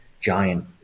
giant